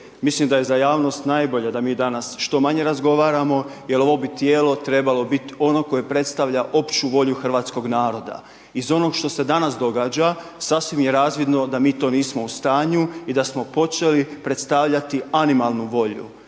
Mislim da je za javnost najbolje da mi danas što manje razgovaramo, jer ovo bi tijelo trebalo biti ono koje predstavlja opću volju hrvatskoga naroda. Iz onoga što se danas događa, sasvim je razvidno da mi to nismo u stanju i da smo počeli predstavljati animalnu volju.